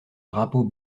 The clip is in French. drapeau